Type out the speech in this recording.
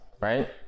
right